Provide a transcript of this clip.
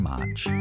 March